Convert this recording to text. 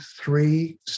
three